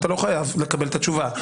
אתה לא חייב לקבל את התשובה.